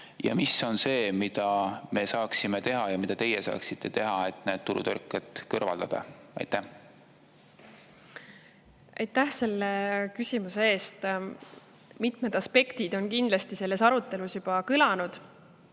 Ja mis on see, mida me saaksime teha ja mida teie saaksite teha, et need turutõrked kõrvaldada? Aitäh selle küsimuse eest! Mitmed aspektid on kindlasti selles arutelus juba kõlanud.